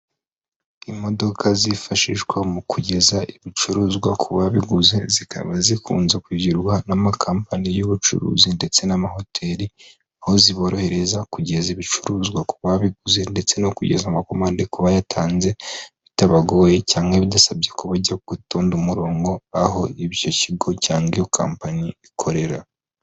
Imodoka zifashishwa mu kugeza ibicuruzwa ku babiguze zikaba zikunze kugirwa n'amakapani y'ubucuruzi ndetse n'amahoteli aho ziborohereza kugeza ibicuruzwa ku babiguze ndetse no kugeza amakomande kuba yatanze bitabagoye cyane bidasabye ku bajya gutunda umurongo aho ibyo kigo cyangwa iyo company ikorera.